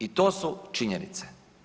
I to su činjenice.